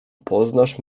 poznasz